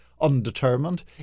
undetermined